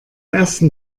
ersten